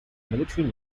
military